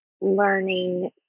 learning